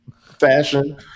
fashion